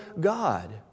God